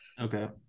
Okay